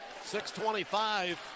6'25